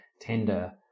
tender